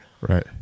Right